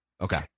Okay